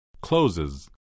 Closes